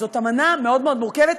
זאת אמנה מאוד מאוד מורכבת.